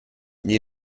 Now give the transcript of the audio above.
you